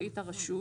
רשאית הרשות,